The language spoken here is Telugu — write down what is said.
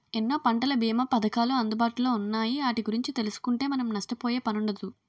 ఎన్నో పంటల బీమా పధకాలు అందుబాటులో ఉన్నాయి ఆటి గురించి తెలుసుకుంటే మనం నష్టపోయే పనుండదు